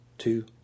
Two